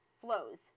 flows